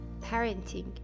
parenting